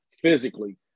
physically